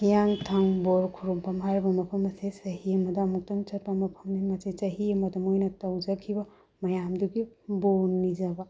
ꯍꯤꯌꯥꯡꯊꯥꯡ ꯕꯣꯔ ꯈꯨꯔꯨꯝꯐꯝ ꯍꯥꯏꯔꯤꯕ ꯃꯐꯝ ꯑꯁꯤ ꯆꯍꯤ ꯑꯃꯗ ꯑꯃꯨꯛꯇꯪ ꯆꯠꯄ ꯃꯐꯝꯅꯤ ꯃꯁꯤ ꯆꯍꯤ ꯑꯃꯗ ꯃꯣꯏꯅ ꯇꯧꯖꯈꯤꯕ ꯃꯌꯥꯝꯗꯨꯒꯤ ꯕꯣꯔ ꯅꯤꯖꯕ